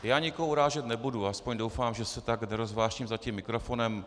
Já nikoho urážet nebudu, aspoň doufám, že se tak nerozvášním za mikrofonem.